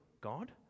God